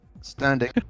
standing